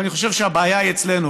אבל אני חושב שהבעיה היא אצלנו.